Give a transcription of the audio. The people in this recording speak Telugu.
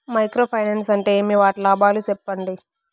మైక్రో ఫైనాన్స్ అంటే ఏమి? వాటి లాభాలు సెప్పండి?